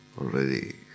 already